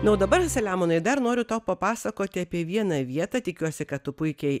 na o dabar selemonai dar noriu tau papasakoti apie vieną vietą tikiuosi kad tu puikiai